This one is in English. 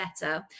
better